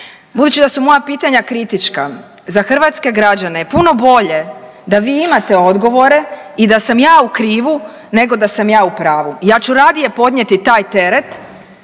Budući da su moja pitanja kritička, za hrvatske građane je puno bolje da vi imate odgovore i da sam ja u krivu nego da sam ja u pravu. Ja ću radije podnijeti taj teret